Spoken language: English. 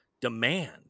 demand